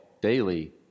daily